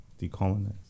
Decolonize